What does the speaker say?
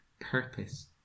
purpose